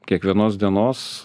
kiekvienos dienos